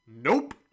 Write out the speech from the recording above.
Nope